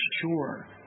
sure